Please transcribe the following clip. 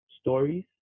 stories